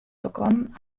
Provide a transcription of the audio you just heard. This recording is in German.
begonnen